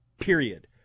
period